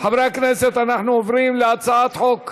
חבר הכנסת איתן כבל,